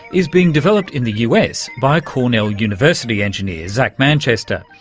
is being developed in the us by cornell university engineer, zac manchester.